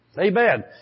Amen